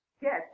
Yes